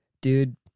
Dude